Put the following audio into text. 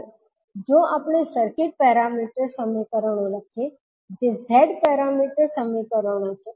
હવે જો આપણે સર્કિટ પેરામીટર સમીકરણો લખીએ જે Z પેરામીટર સમીકરણો છે